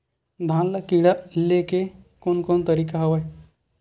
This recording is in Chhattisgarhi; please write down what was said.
धान ल कीड़ा ले के कोन कोन तरीका हवय?